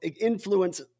influence